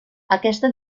aquesta